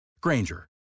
Granger